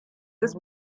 ist